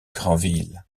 grandville